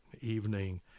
evening